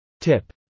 Tip